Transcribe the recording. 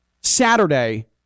Saturday